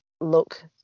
look